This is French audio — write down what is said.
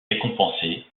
récompensée